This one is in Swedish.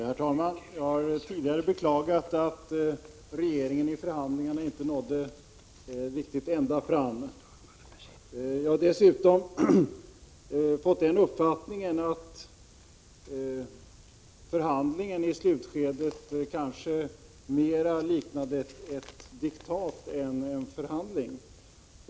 Herr talman! Jag har tidigare beklagat att regeringen i förhandlingarna inte nådde riktigt ända fram. Jag har dessutom fått uppfattningen att förhandlingarna i slutskedet kanske mer liknade ett diktat än förhandlingar.